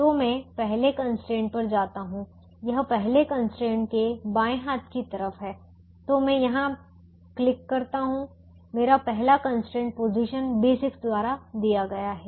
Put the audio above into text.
तो मैं पहले कंस्ट्रेंट पर जाता हूं यह पहले कंस्ट्रेंट के बाएं हाथ की तरफ है तो मैं यहां क्लिक करता हूं मेरा पहला कंस्ट्रेंट पोजीशन B6 द्वारा दिया गया है